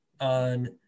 on